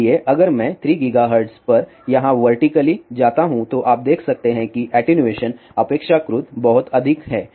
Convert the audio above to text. इसलिए अगर मैं 3 GHz पर यहां वर्टिकली जाता हूं तो आप देख सकते हैं कि एटीन्यूएशन अपेक्षाकृत बहुत अधिक है